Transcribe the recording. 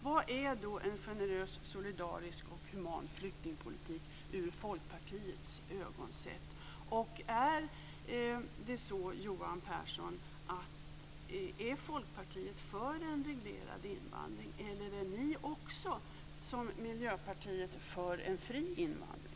Vad är då en generös, solidarisk och human flyktingpolitik med Folkpartiets ögon sett? Är Folkpartiet för en reglerad invandring, Johan Pehrson, eller är ni också - som Miljöpartiet - för en fri invandring?